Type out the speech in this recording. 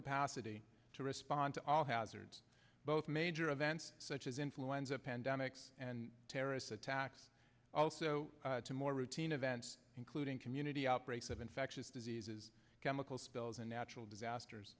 capacity to respond to all hazards both major events such as influenza pandemics and terrorist attacks also to more routine events including community outbreaks of infectious diseases chemical spills and natural disasters